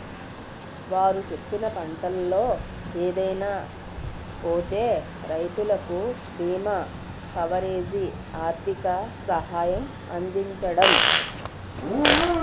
వారు చెప్పిన పంటల్లో ఏదైనా పోతే రైతులకు బీమా కవరేజీ, ఆర్థిక సహాయం అందించడం